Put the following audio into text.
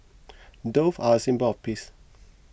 doves are a symbol of peace